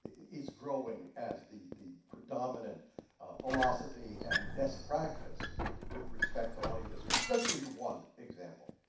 is growing as the the predominant philosophy and best practice with respect to audio description. just to give you one example.